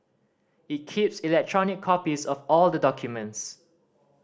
it keeps electronic copies of all the documents